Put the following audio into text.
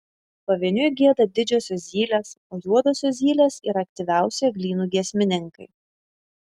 pavieniui gieda didžiosios zylės o juodosios zylės yra aktyviausi eglynų giesmininkai